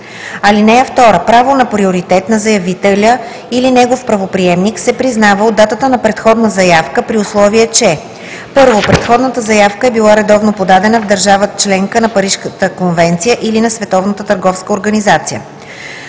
ал. 1. (2) Право на приоритет на заявителя или негов правоприемник се признава от датата на предходна заявка, при условие че: 1. предходната заявка е била редовно подадена в държава – членка на Парижката конвенция, или на